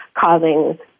causing